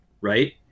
right